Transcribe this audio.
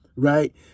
right